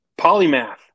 Polymath